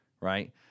Right